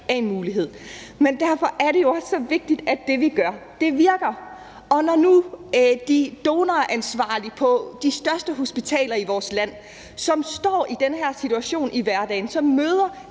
er en mulighed. Men derfor er det jo også så vigtigt, at det, vi gør, virker. Når nu de donoransvarlige på de største hospitaler i vores land, som står i den her situation i hverdagen og møder